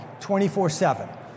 24-7